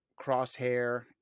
Crosshair